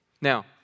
Now